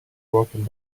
walking